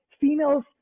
females